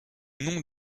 nom